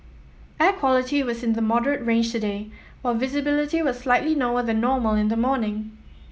air quality was in the moderate range today while visibility was slightly lower than normal in the morning